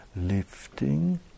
lifting